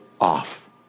off